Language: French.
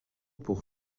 pour